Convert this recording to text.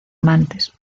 amantes